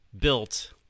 built